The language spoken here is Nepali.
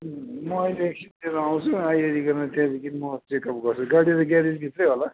म अहिले एकछिनतिर आउँछु आई गरिकन त्यहाँदेखि म चेकप गर्छु गाडी त ग्यारेजभित्रै होला